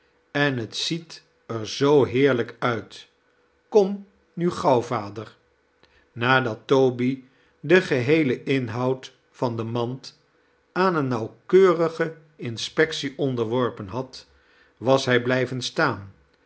en t ziet er zoo heerlijk uit kom nu gauw vader nadat toby den geheelen inhoud van de mand aan eene nauwkeurige inspectie onderworpen had was hij blijven staan